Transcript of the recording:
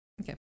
Okay